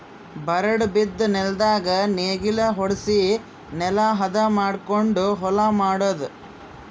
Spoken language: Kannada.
ಬರಡ್ ಬಿದ್ದ ನೆಲ್ದಾಗ ನೇಗಿಲ ಹೊಡ್ಸಿ ನೆಲಾ ಹದ ಮಾಡಕೊಂಡು ಹೊಲಾ ಮಾಡದು